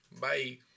Bye